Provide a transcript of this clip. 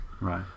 Right